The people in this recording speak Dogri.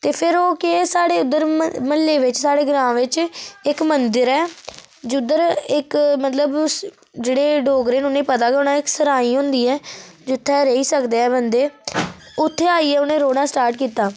फिर ओह् केह् साढ़े इद्धर म्हल्ले बिच स्हाढ़े ग्रां बेिच्च एक्क मंदिर ऐ जिद्धर इक मतलब जेह्ड़े डोगरे न उनेंगी पता के होना सराय होंदी ऐ जित्थै रेही सकदे ऐ मंदिर उत्थै आइयै उनें रौह्ना स्टार्ट कीता